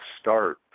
start